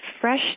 fresh